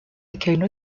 accueille